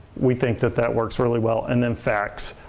we think that that works really well. and then facts.